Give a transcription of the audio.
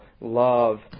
love